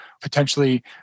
potentially